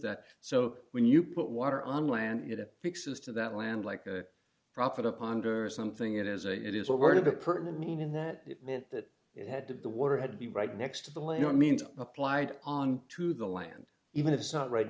that so when you put water on land it fixes to that land like a profit a ponder something it is a it is a word of a person and mean in that it meant that it had to be the water had to be right next to the layout means applied on to the land even if not right